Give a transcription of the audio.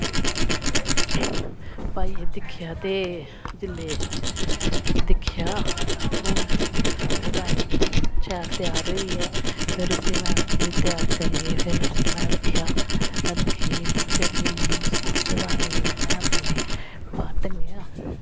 पाइयै दिक्खेआ ते जिल्लै दिक्खेआ ते हून डिजाइन शैल त्यार होई गेआ ऐ फिर उस्सी में उस्सी त्यार करियै फिर उस्सी में रक्खेआ रक्खियै फिर जिल्लै डिजाइन में जिल्लै में अपने बाह्र टंगेआ